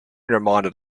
reminded